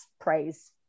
praise